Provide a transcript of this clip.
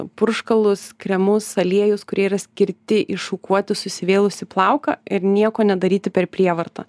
purškalus kremus aliejus kurie yra skirti iššukuoti susivėlusį plauką ir nieko nedaryti per prievartą